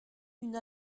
d’une